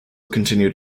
continued